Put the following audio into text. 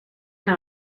naar